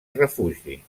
refugi